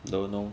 don't know